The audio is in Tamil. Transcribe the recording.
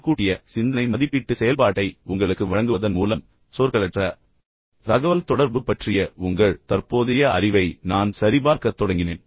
முன்கூட்டிய சிந்தனை மதிப்பீட்டு செயல்பாட்டை உங்களுக்கு வழங்குவதன் மூலம் சொற்களற்ற தகவல்தொடர்பு பற்றிய உங்கள் தற்போதைய அறிவை நான் சரிபார்க்கத் தொடங்கினேன்